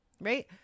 right